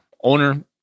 owner